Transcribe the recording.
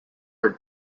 heart